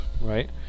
Right